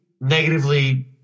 negatively